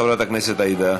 חברת הכנסת עאידה